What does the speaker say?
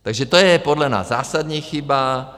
Takže to je podle nás zásadní chyba.